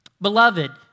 Beloved